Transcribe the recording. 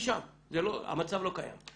המצב לא קיים.